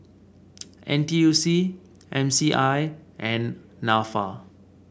N T U C M C I and NAFA